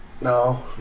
No